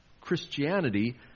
Christianity